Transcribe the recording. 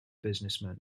businessman